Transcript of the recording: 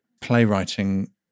playwriting